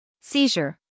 seizure